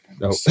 No